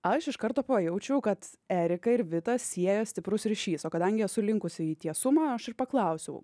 aš iš karto pajaučiau kad eriką ir vitą sieja stiprus ryšys o kadangi esu linkusi į tiesumą aš ir paklausiau